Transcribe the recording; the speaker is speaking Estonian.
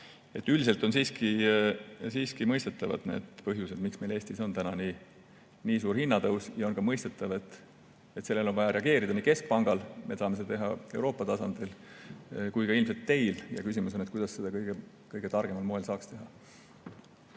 et üldiselt on siiski mõistetavad need põhjused, miks meil Eestis on nii suur hinnatõus. Ja on ka mõistetav, et sellele on vaja reageerida nii keskpangal – me tahame seda teha euroala tasandil – kui ka ilmselt teil. Ja küsimus on, kuidas seda kõige targemal moel saaks teha.